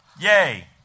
Yay